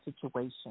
situation